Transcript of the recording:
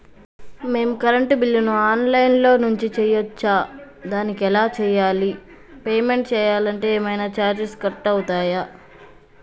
మేము కరెంటు బిల్లును online నుంచి చేయచ్చా? దానికి ఎలా చేయాలి? పేమెంట్ చేయాలంటే ఏమైనా చార్జెస్ కట్ అయితయా?